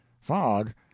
fog